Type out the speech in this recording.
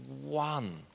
one